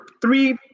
three